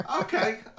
Okay